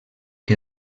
que